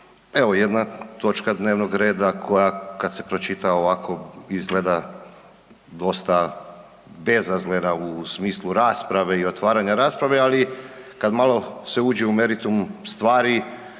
Evo jedna točka dnevnog reda koja kada se pročita ovako izgleda dosta bezazlena u smislu rasprave i otvaranja rasprave, ali kada se malo uđe u meritum stvari